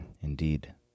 Indeed